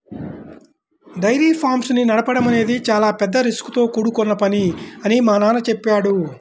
dairy farms ని నడపడం అనేది చాలా పెద్ద రిస్కుతో కూడుకొన్న పని అని మా నాన్న చెప్పాడు